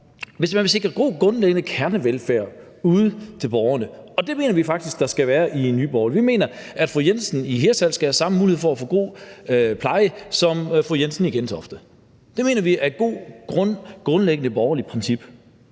hvis man vil sikre god kernevelfærd derude til borgerne – og det mener vi faktisk i Nye Borgerlige at der skal være – så mener vi, at fru Jensen i Hirtshals skal have samme mulighed for at få god pleje som fru Jensen i Gentofte. Det mener vi er et godt grundlæggende borgerligt princip.